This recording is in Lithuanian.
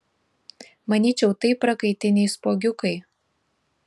manyčiau tai prakaitiniai spuogiukai